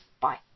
Bye